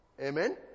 Amen